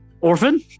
orphan